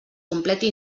completi